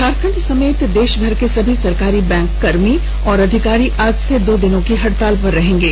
झारखंड समेत देशभर के सभी सरकारी बैंक कर्मी और अधिकारी आज से दो दिन की हड़ताल पर रहेंगे